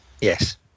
Yes